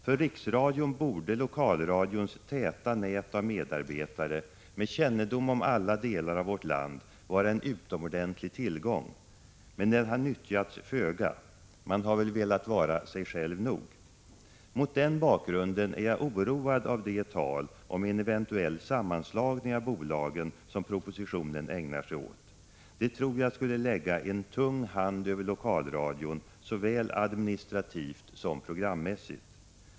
För riksradion borde lokalradions täta nät av medarbetare med kännedom om alla delar av vårt land vara en utomordentlig tillgång. Men den har nyttjats föga. Man har väl velat vara sig själv nog. Mot den bakgrunden är jag oroad av det tal om en eventuell sammanslagning av bolagen som propositionen ägnar sig åt. Jag tror att det skulle lägga en tung hand över lokalradion, såväl administrativt som programmässigt.